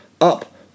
up